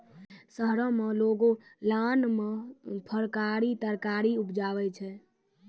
शहरो में लोगों लान मे फरकारी तरकारी उपजाबै छै